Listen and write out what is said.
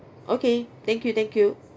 okay thank you thank you